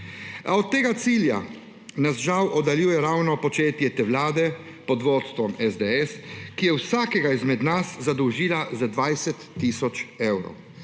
A od tega cilja nas žal oddaljuje ravno početje te vlade pod vodstvo SDS, ki je vsakega izmed nas zadolžila za 20 tisoč evrov,